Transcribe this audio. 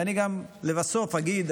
ואני גם לבסוף אגיד,